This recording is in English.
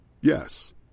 Yes